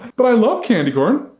but, i love candy corn.